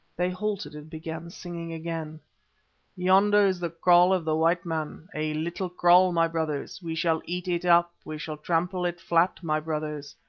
they halted and began singing again yonder is the kraal of the white man a little kraal, my brothers we shall eat it up, we shall trample it flat, my brothers.